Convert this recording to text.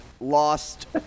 lost